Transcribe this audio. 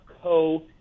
co